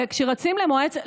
בלי יותר כסף היא ניצחה?